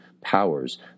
powers